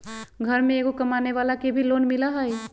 घर में एगो कमानेवाला के भी लोन मिलहई?